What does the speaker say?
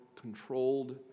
controlled